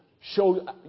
show